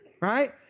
right